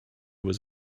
was